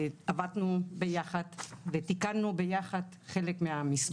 עבדנו ביחד ותיקנו ביחד חלק מהמסמכים.